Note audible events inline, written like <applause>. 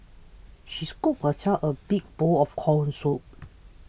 she scooped herself a big bowl of Corn Soup <noise>